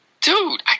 Dude